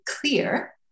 clear